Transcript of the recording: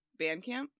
Bandcamp